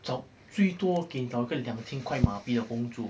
找最多给你找一个两千块马币的工作